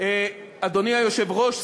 אדוני היושב-ראש.